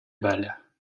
bâle